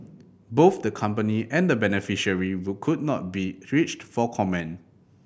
both the company and the beneficiary would could not be reached for comment